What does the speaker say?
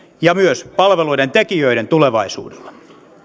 ja myös palveluiden tekijöiden tulevaisuudella